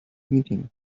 meeting